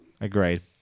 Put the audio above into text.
Agreed